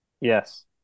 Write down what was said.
Yes